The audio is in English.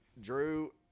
Drew